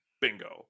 Bingo